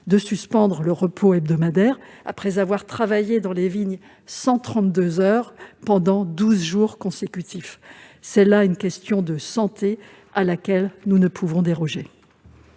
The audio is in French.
de suspendre le repos hebdomadaire après avoir travaillé dans les vignes 132 heures pendant douze jours consécutifs. C'est là une question de santé à laquelle nous ne pouvons déroger.